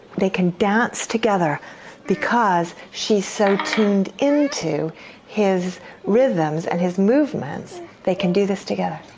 they can dance together because she is so tuned in to his rhythms and his movements, they can do this together.